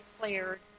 declared